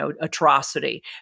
atrocity